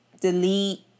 delete